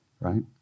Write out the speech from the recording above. right